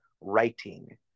writing